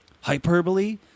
hyperbole